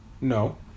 No